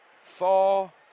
Four